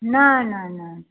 नहि नहि नहि